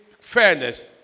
fairness